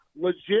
legit